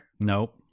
Nope